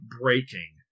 breaking